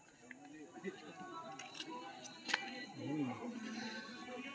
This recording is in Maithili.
भारत मे मूलतः माटि कें पांच वर्ग मे विभाजित कैल जाइ छै